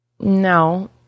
No